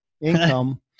income